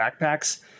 backpacks